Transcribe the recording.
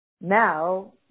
Now